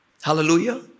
Hallelujah